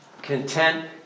Content